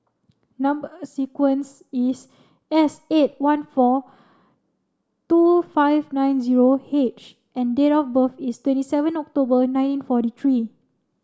number sequence is S eight one four two five nine zero H and date of birth is twenty seven October nineteen forty three